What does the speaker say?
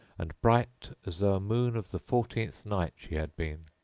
and bright as though a moon of the fourteenth night she had been,